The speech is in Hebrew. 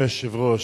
אדוני היושב-ראש,